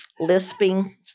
Lisping